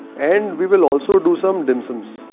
and we will also do some dim sums.